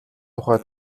тухай